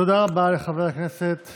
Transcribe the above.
תודה רבה לחבר הכנסת